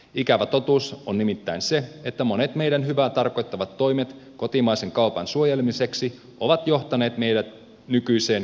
ikävä totuus on nimittäin se että monet meidän hyvää tarkoittavat toimet kotimaisen kaupan suojelemiseksi ovat johtaneet meidät nykyiseen kestämättömään tilanteeseen